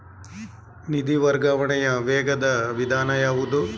ನಿಧಿ ವರ್ಗಾವಣೆಯ ವೇಗವಾದ ವಿಧಾನ ಯಾವುದು?